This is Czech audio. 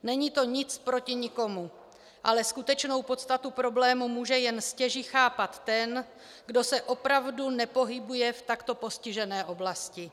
Není to nic proti nikomu, ale skutečnou podstatu problému může jen stěží chápat ten, kdo se opravdu nepohybuje v takto postižené oblasti.